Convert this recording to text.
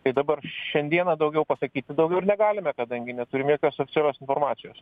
tai dabar šiandieną daugiau pasakyti daugiau ir negalime kadangi neturim jokios oficialios informacijos